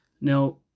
Now